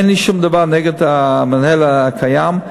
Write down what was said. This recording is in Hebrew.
אין שום דבר נגד המנהל הקיים,